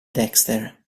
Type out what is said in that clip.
dexter